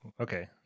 Okay